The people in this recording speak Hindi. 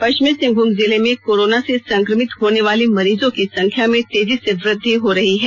पश्चिमी सिंहभूम जिले में कोरोना से संक्रमित होने वाले मरीजों की संख्या में तेजी से वृद्धि हो रही है